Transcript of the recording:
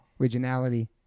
Originality